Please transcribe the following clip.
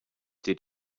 did